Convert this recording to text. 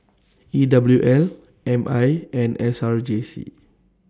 E W L M I and S R J C